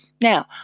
Now